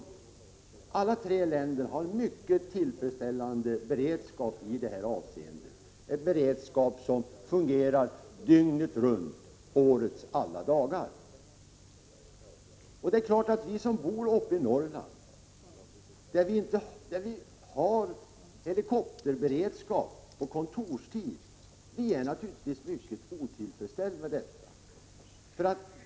Alla dessa tre länder har mycket tillfredsställande beredskap i det här avseendet, en beredskap som fungerar dygnet runt årets alla dagar. Vi som bor i Norrland och har helikopterberedskap bara på kontorstid är naturligtvis mycket otillfredsställda med detta.